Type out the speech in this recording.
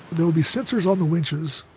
there'll be sensors on the winches,